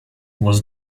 was